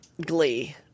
glee